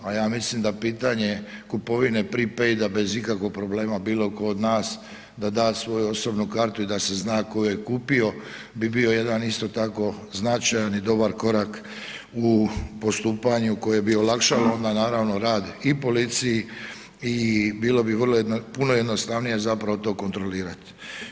A ja mislim da pitanje kupovine prepaida bez ikakvog problema bilo tko od nas da da svoju osobnu kartu i da se zna tko ju je kupio bi bio jedan isto tako značajan i dobar korak u postupanju koje bi olakšalo onda naravno rad i policiji i bilo bi puno jednostavnije zapravo to kontrolirati.